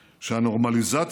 עוד יותר מזה,